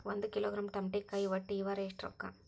ಒಂದ್ ಕಿಲೋಗ್ರಾಂ ತಮಾಟಿಕಾಯಿ ಒಟ್ಟ ಈ ವಾರ ಎಷ್ಟ ರೊಕ್ಕಾ?